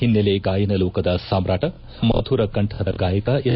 ಓನ್ನೆಲೆ ಗಾಯನ ಲೋಕದ ಸಾಮಾಟ ಮಧುರ ಕಂಠದ ಗಾಯಕ ಎಸ್